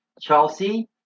Chelsea